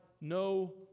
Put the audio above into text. no